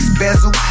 bezel